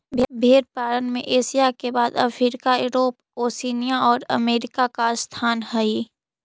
भेंड़ पालन में एशिया के बाद अफ्रीका, यूरोप, ओशिनिया और अमेरिका का स्थान हई